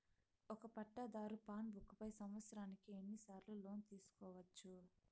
ఒక పట్టాధారు passbook పై సంవత్సరానికి ఎన్ని సార్లు లోను తీసుకోవచ్చు?